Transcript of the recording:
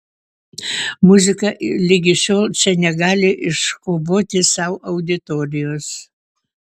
muzika ligi šiol čia negali iškovoti sau auditorijos